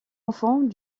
enfant